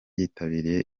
yitabiriye